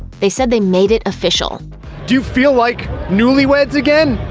they said they made it official do you feel like newlyweds again?